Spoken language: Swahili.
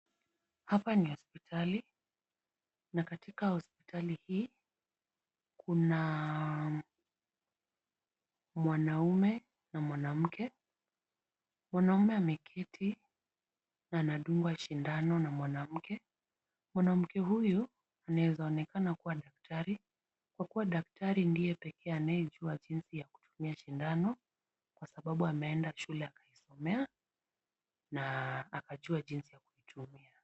Hapa ni hospitali na katika hospitali hii ,kuna mwanaume na mwanamke. Mwanaume ameketi na anadungwa sindano na mwanamke. Mwanamke huyu anaezaonekana kuwa daktari Kwa Kuwa daktari ndiye pekee anayejua jinsi ya kutumia sindano, Kwa sababu ameenda shule akaisomea na akajua jinsi ya kuitumia.